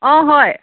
অঁ হয়